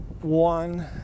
one